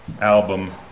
album